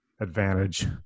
advantage